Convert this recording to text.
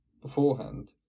beforehand